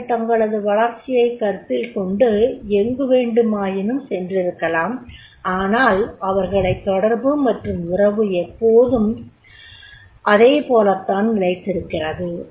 அவர்கள் தங்களது வளர்ச்சியைக் கருத்தில்கொண்டு எங்கு வேண்டுமாயினும் சென்றிருக்கலாம் ஆனால் அவர்களது தொடர்பு மற்றும் உறவு எப்போதும் அதேபோலத்தான் நிலைத்திருக்கிறது